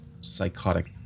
psychotic